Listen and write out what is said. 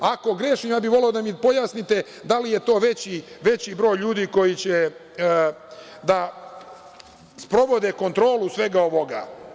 Ako grešim, voleo bih da mi pojasnite da li je to veći broj ljudi koji će da sprovode kontrolu svega ovoga.